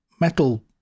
metal